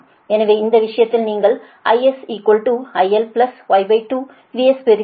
எனவே இந்த விஷயத்தில் நீங்கள் IS IL Y2 VS பெறுவீர்கள்